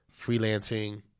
freelancing